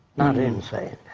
not insane.